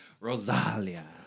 rosalia